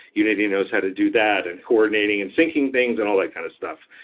unity knows how to do that and coordinating and syncing things and all that kind of stuff.